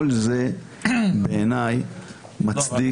כל זה בעיני מצדיק.